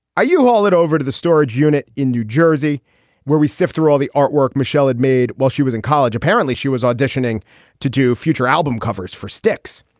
are you all at over to the storage unit in new jersey where we sift through all the artwork michelet made while she was in college? apparently she was auditioning to do future album covers for styx.